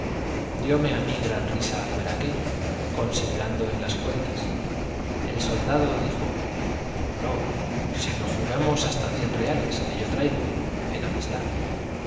diome a mí gran risa al ver aquello considerando en las cuentas el soldado dijo no sino juguemos hasta cien reales que yo traigo en amistad